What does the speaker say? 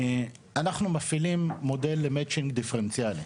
אנחנו מפעילים מודל מצ'ינג דיפרנציאלי.